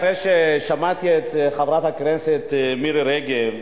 אחרי ששמעתי את חברת הכנסת מירי רגב,